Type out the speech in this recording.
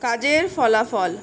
কাজের ফলাফল